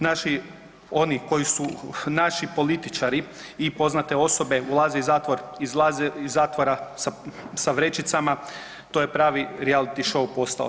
Naši oni koji su naši političari i poznate osobe ulaze u zatvor, izlaze iz zatvora sa vrećicama to je pravi reality show postao.